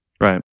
right